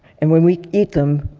and when we eat them,